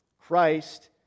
Christ